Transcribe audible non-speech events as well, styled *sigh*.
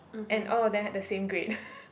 and all of them had the same grade *laughs*